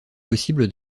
possible